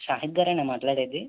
షాహిద్గారేనా మాట్లాడేది